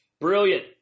brilliant